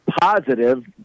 positive